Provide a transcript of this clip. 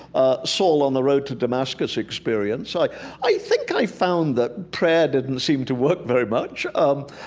ah, soul on the road to damascus experience. i i think i found that prayer didn't seem to work very much. um,